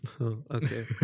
Okay